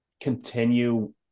continue